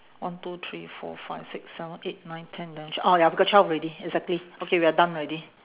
one two three four five six seven eight nine ten eleven twelve oh ya we got twelve already exactly okay we are done already